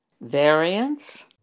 variance